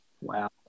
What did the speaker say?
Wow